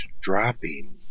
dropping